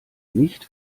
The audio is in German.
nicht